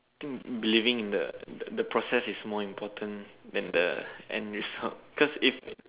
believing in the process is more important than the end result cause if